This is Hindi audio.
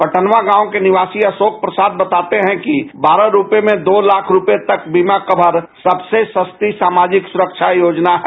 पटनवा गांव के निवासी अशोक प्रसाद बताते है कि बारह रुपये में दो लाख रुपये तक बीमा कवर सबसे सस्ती सामाजिक सुरक्षा योजना है